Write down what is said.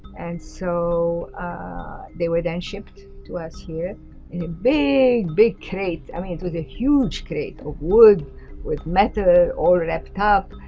and so they were then shipped to us here in a big, big crate. i mean, it was a huge crate of wood with metal all wrapped up.